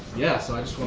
yeah, so i